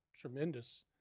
tremendous